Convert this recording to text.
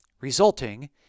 resulting